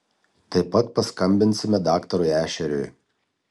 taip pat paskambinsime daktarui ešeriui